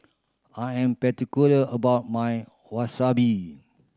I am particular about my Wasabi